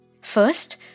First